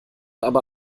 aber